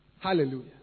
Hallelujah